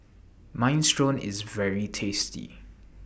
Minestrone IS very tasty